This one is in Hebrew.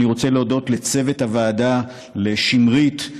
אני רוצה להודות לצוות הוועדה: לשמרית,